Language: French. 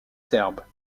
serbes